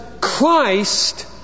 Christ